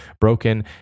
broken